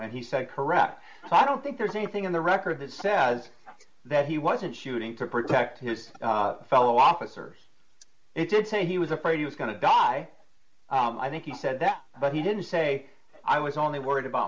and he said correct so i don't think there's anything in the record that says that he wasn't shooting to protect his fellow officers it did say he was afraid he was going to die i think he said that but he didn't say i was only worried about